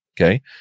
Okay